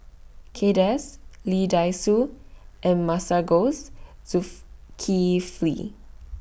Kay Das Lee Dai Soh and Masagos